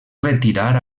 retirar